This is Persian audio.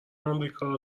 آمریکا